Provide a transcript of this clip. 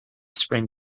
spring